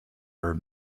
are